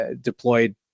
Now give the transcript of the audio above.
deployed